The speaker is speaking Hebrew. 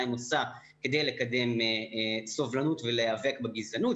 עושה כדי לקדם סובלנות ולהיאבק בגזענות.